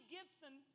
Gibson